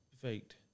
faked